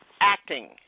Acting